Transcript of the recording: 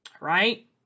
right